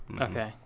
Okay